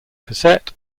cassette